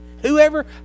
whoever